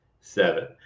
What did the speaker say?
seven